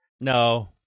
No